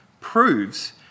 proves